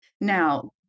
now